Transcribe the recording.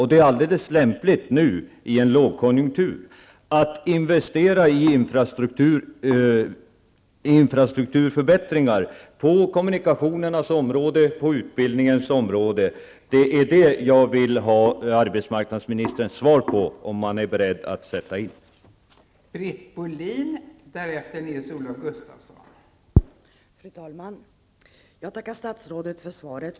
Det är lämpligt att nu under en lågkonjunktur investera i infrastrukturförbättringar när det gäller kommunikationer och på utbildningens område. Jag vill ha arbetsmarknadsministerns svar på om han är beredd att vidta dessa åtgärder.